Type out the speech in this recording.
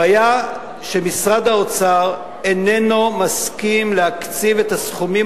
הבעיה היא שמשרד האוצר איננו מסכים להקציב את הסכומים